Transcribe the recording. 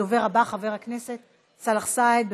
הדובר הבא, חבר הכנסת סאלח סעד.